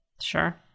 Sure